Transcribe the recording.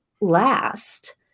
last